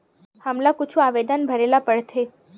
हमला कुछु आवेदन भरेला पढ़थे?